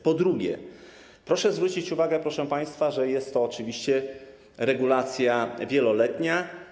Po drugie, proszę zwrócić uwagę, proszę państwa, że jest to oczywiście regulacja wieloletnia.